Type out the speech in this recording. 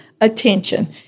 attention